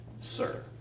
sir